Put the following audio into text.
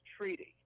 treaty